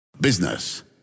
Business